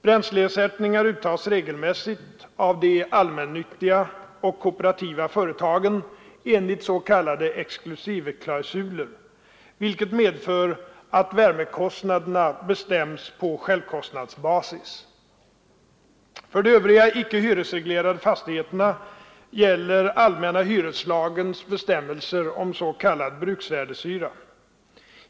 Bränsleersättningar uttas regelmässigt av de allmännyttiga och kooperativa företagen enligt s.k. exklusiveklausuler, vilket medför att värmekostnaderna bestäms på självkostnadsbasis. För de övriga icke hyresreglerade fastigheterna gäller allmänna hyreslagens bestämmelser om s.k. bruksvärdehyra.